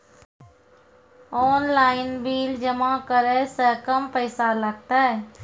Online bill जमा करै से कम पैसा लागतै?